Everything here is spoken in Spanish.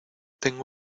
tengo